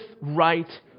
right